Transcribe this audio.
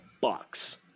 Bucks